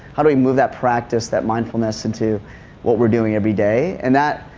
how we move that practice, that mindfulness, into what weire doing every day. and that,